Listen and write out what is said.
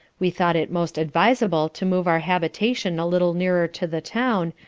we thought it most adviseable to move our habitation a little nearer to the town,